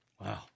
Wow